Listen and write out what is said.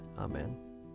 Amen